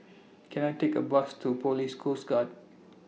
Can I Take A Bus to Police Coast Guard